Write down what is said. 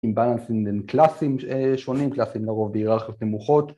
עם באלנסים בין קלאסים שונים, קלאסים לרוב בהיררכיות נמוכות